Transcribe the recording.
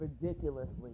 ridiculously